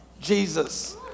Jesus